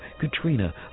Katrina